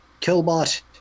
Killbot